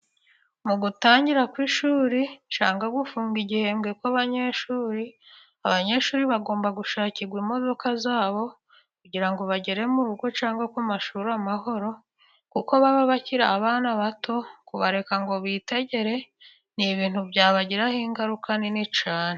Mu gutangira kw'ishuri cyangwa gufunga igihembwe kw'abanyeshuri, abanyeshuri bagomba gushakirwa imodoka zabo, kugira ngo bagere mu rugo cyangwa ku mashuri amahoro, kuko baba bakiri abana bato, kubareka ngo bitegere ni ibintu byabagiraho ingaruka nini cyane.